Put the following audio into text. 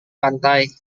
pantai